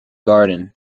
garden